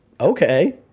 Okay